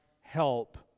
help